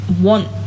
want